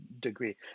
degree